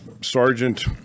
sergeant